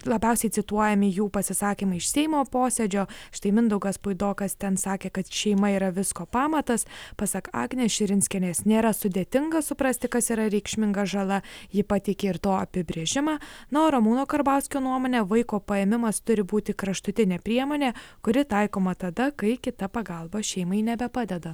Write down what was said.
labiausiai cituojami jų pasisakymai iš seimo posėdžio štai mindaugas puidokas ten sakė kad šeima yra visko pamatas pasak agnės širinskienės nėra sudėtinga suprasti kas yra reikšminga žala ji pateikė ir to apibrėžimą na o ramūno karbauskio nuomone vaiko paėmimas turi būti kraštutinė priemonė kuri taikoma tada kai kita pagalba šeimai nebepadeda